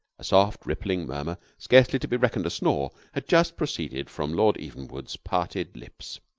a soft, rippling murmur, scarcely to be reckoned a snore, had just proceeded from lord evenwood's parted lips,